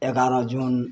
एगारह जून